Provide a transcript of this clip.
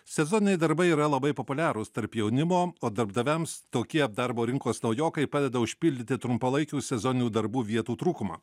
sezoniniai darbai yra labai populiarūs tarp jaunimo o darbdaviams tokie darbo rinkos naujokai padeda užpildyti trumpalaikių sezoninių darbų vietų trūkumą